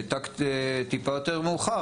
בטקט טיפה יותר מאוחר,